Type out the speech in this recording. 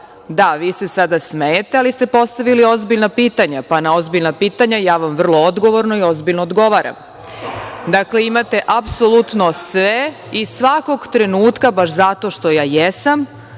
da, vi se sada smejete, ali ste postavili ozbiljna pitanja, pa na ozbiljna pitanja ja vam vrlo ozbiljno i odgovorno odgovaram. Dakle, imate apsolutno sve i svakog trenutka, baš zato što ja jesam